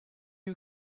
you